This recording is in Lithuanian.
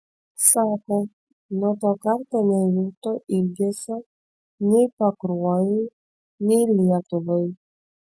sako nuo to karto nejuto ilgesio nei pakruojui nei lietuvai